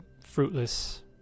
fruitless